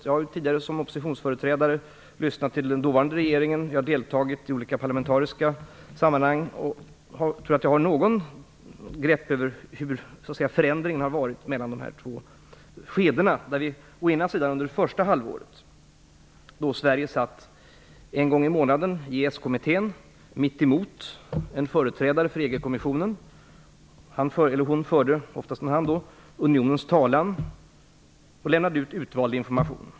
Jag har tidigare som oppositionsföreträdare lyssnat till den dåvarande regeringen och har deltagit i olika parlamentariska sammanhang, och jag tror att jag har något grepp över den förändring som har skett mellan de två skedena. Under det första halvåret satt Sverige en gång i månaden i EES-kommittén mitt emot en företrädare för EG-kommissionen. Han eller hon - oftast en han - förde unionens talan och lämnade ut utvald information.